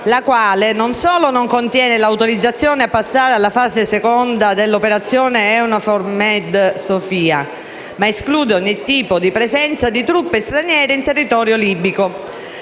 la quale non solo non contiene l'autorizzazione a passare alla fase seconda dell'operazione EUNAVFOR Med Sophia, ma esclude ogni tipo di presenza di truppe straniere in territorio libico.